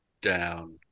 down